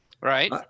Right